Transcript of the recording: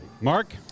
Mark